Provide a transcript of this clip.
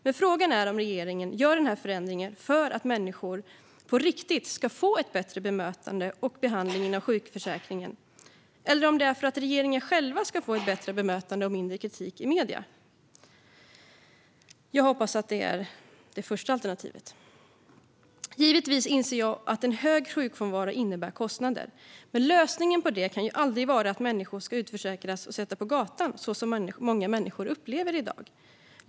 Men frågan är om regeringen gör denna ändring för att människor på riktigt ska få bättre bemötande och behandling inom sjukförsäkringen eller om det är för att regeringen själv ska få ett bättre bemötande och mindre kritik i medierna. Jag hoppas att det är det första alternativet. Givetvis inser jag att en hög sjukfrånvaro innebär kostnader. Men lösningen på det kan aldrig vara att människor ska utförsäkras och sättas på gatan så som många människor i dag upplever det.